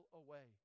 away